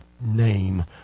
name